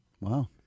Wow